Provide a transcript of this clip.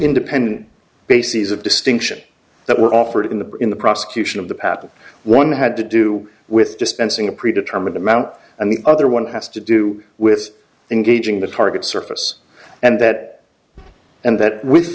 independent bases of distinction that were offered in the in the prosecution of the patent one had to do with dispensing a pre determined amount and the other one has to do with engaging the target surface and that and that with